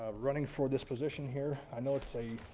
ah running for this position here. i know it's a